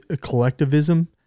collectivism